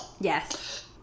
Yes